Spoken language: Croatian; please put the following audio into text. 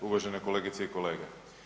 Uvažene kolegice i kolege.